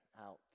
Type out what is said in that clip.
out